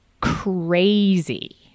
crazy